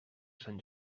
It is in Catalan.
sant